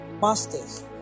Masters